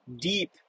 deep